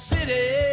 City